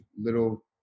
little